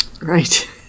Right